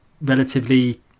relatively